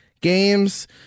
games